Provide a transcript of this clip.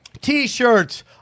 T-shirts